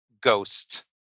Ghost